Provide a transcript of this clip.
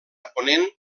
ponent